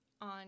on